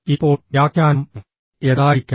ഇപ്പോൾ വ്യാഖ്യാനം എന്തായിരിക്കാം